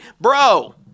Bro